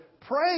pray